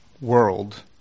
world